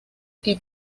que